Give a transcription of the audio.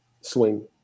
Swing